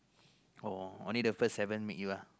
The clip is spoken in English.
oh only the first haven't meet you ah